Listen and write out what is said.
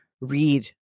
read